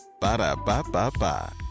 Ba-da-ba-ba-ba